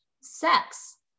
sex